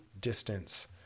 distance